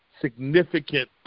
significant